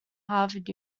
harvard